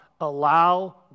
Allow